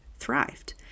thrived